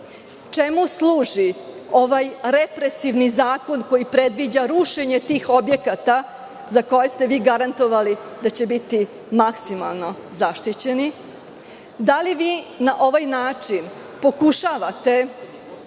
čemu služi ovaj represivni zakon koji predviđa rušenje tih objekata, za koje ste vi garantovali da će biti maksimalno zaštićeni. Da li vi na ovaj način pokušavate